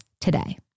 today